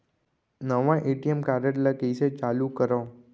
नवा ATM card ल कइसे चालू करव?